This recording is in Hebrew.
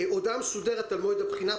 הודעה מסודרת על מועד הבחינה,